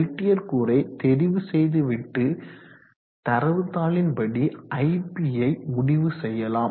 Peltier கூறை தெரிவு செய்துவிட்டு தரவு தாளின்படி iPயை முடிவு செய்யலாம்